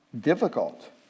difficult